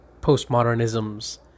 Postmodernism's